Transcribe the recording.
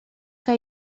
que